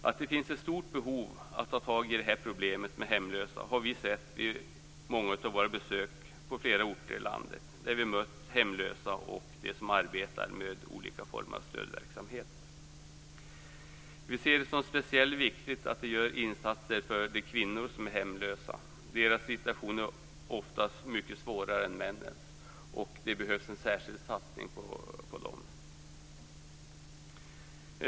Att det finns ett stort behov av att ta tag i problemet med hemlösa har vi sett vid många av våra besök på flera orter i landet där vi mött hemlösa och de som arbetar med olika former av stödverksamhet. Vi ser det som speciellt viktigt att det görs insatser för de kvinnor som är hemlösa. Deras situation är oftast mycket svårare än männens, och det behövs en särskild satsning på dem.